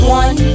one